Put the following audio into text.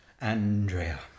Andrea